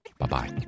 Bye-bye